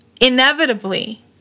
inevitably